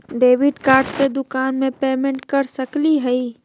Debit card से दुकान में पेमेंट कर सकली हई?